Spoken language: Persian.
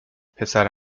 پسر